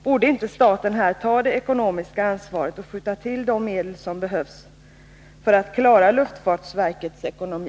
Borde inte staten ta det ekonomiska ansvaret och skjuta till de medel som behövs för att klara luftfartsverkets ekonomi?